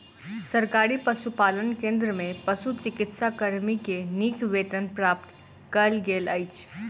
सरकारी पशुपालन केंद्र में पशुचिकित्सा कर्मी के नीक वेतन प्रदान कयल गेल अछि